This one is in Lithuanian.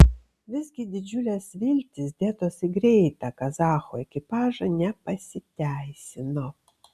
visgi didžiulės viltys dėtos į greitą kazachų ekipažą nepasiteisino